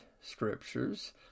scriptures